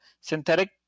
synthetic